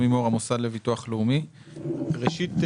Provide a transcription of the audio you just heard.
ראשית,